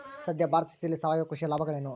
ಸದ್ಯ ಭಾರತದ ಸ್ಥಿತಿಯಲ್ಲಿ ಸಾವಯವ ಕೃಷಿಯ ಲಾಭಗಳೇನು?